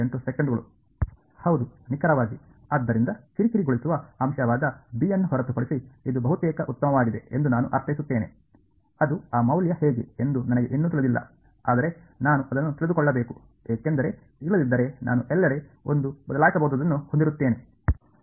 ಹೌದು ನಿಖರವಾಗಿ ಆದ್ದರಿಂದ ಕಿರಿಕಿರಿಗೊಳಿಸುವ ಅಂಶವಾದ ಬಿ ಅನ್ನು ಹೊರತುಪಡಿಸಿ ಇದು ಬಹುತೇಕ ಉತ್ತಮವಾಗಿದೆ ಎಂದು ನಾನು ಅರ್ಥೈಸುತ್ತೇನೆ ಅದು ಆ ಮೌಲ್ಯ ಹೇಗೆ ಎಂದು ನನಗೆ ಇನ್ನೂ ತಿಳಿದಿಲ್ಲ ಆದರೆ ನಾನು ಅದನ್ನು ತಿಳಿದುಕೊಳ್ಳಬೇಕು ಏಕೆಂದರೆ ಇಲ್ಲದಿದ್ದರೆ ನಾನು ಎಲ್ಲೆಡೆ ಒಂದು ಬದಲಾಯಿಸಬಹುದಾದನ್ನು ಹೊಂದಿರುತ್ತೇನೆ